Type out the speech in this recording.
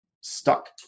stuck